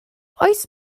oes